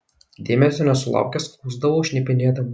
dėmesio nesulaukęs skųsdavau šnipinėdavau